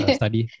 study